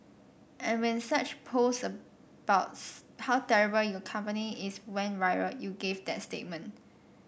and when such post about how terrible your company is went viral you gave that statement